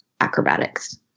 acrobatics